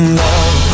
love